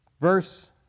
Verse